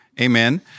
Amen